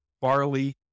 barley